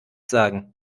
sagen